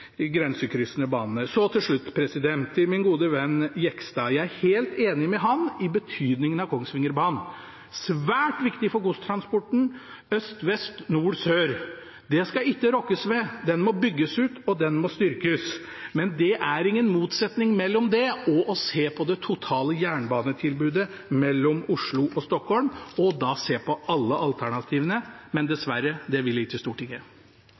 de grensekryssende banene. Så til slutt til min gode venn Jegstad: Jeg er helt enig med ham i betydningen av Kongsvingerbanen. Den er svært viktig for godstransporten øst–vest og nord–sør. Det skal ikke rokkes ved. Den må bygges ut, og den må styrkes. Men det er ingen motsetning mellom dette og det å se på det totale jernbanetilbudet mellom Oslo og Stockholm – og da se på alle alternativene. Men dessverre, det vil ikke Stortinget.